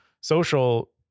social